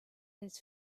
his